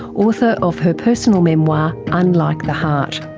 author of her personal memoir unlike the heart.